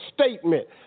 statement